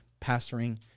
pastoring